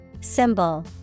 Symbol